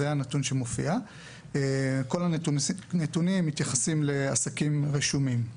כל הנתונים מתייחסים לעסקים רשומים.